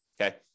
Okay